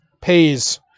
pays